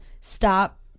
stop